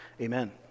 amen